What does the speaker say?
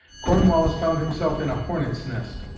cornwallis found himself in a hornets' nest.